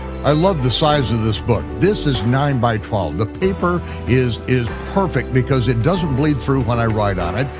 i love the size of this book, this is nine x twelve, the paper is is perfect because it doesn't bleed through when i write on it,